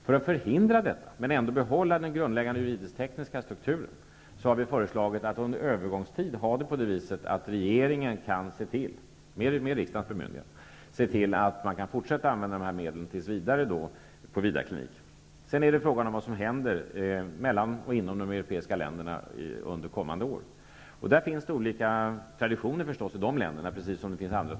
För att förhindra detta, men ändå behålla den grundläggande juridisk-tekniska strukturen, har vi föreslagit att regeringen, med riksdagens bemyndigande, under en övergångstid tillåter att dessa medel på Vidarkliniken tills vidare får fortsätta att användas, i avvaktan på vad som under kommande år händer mellan och inom de övriga europeiska länderna. Andra länder har naturligtvis sina traditioner, precis som vi har våra.